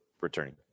returning